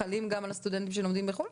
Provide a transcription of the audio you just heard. גם על הסטודנטים שלומדים בחו"ל?